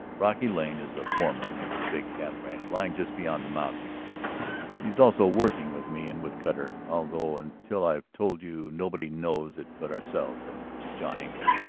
brocky lane is foreman of a big cattle-ranch lying just beyond the mountains he is also working with me and with cutter, although until i've told you nobody knows it but ourselves and john engle.